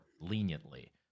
leniently